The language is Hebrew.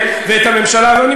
בממשלתנו הקודמת.